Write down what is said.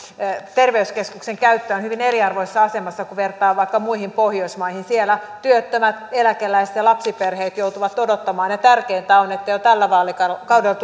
terveyskeskuksen käyttö on hyvin eriarvoisessa asemassa kun vertaa vaikka muihin pohjoismaihin siellä työttömät eläkeläiset ja lapsiperheet joutuvat odottamaan ja tärkeintä on että jo tällä vaalikaudella